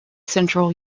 central